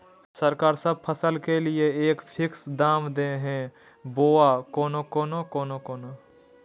सरकार सब फसल के लिए एक फिक्स दाम दे है बोया कोनो कोनो?